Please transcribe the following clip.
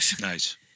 Nice